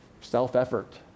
self-effort